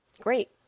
Great